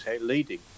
leading